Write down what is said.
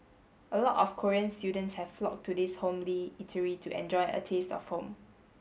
a lot of Korean students have flocked to this homely eatery to enjoy a taste of home